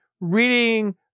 reading –